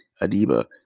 Adiba